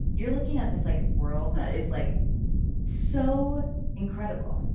you're looking at this like world that is like so incredible. um